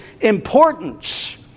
importance